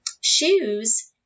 shoes